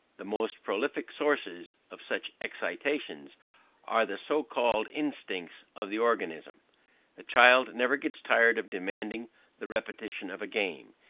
the most prolific sources of such excitations are the so-called instincts of the organism. the child never gets tired of demanding the repetition of a game.